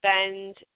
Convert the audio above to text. spend